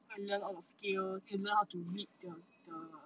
go and learn all the scales need to learn how to read the the